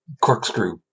corkscrew